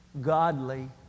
Godly